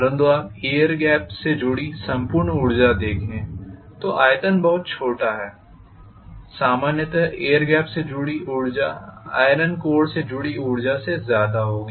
परन्तु आप air gap से जुडी संपूर्ण ऊर्जा देखें तो आयतन बहुत छोटा है सामान्यत एयर गेप से जुडी ऊर्जा आइरन कोर से जुडी ऊर्जा से ज्यादा होगी